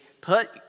put